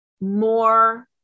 more